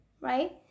right